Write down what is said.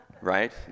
Right